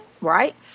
right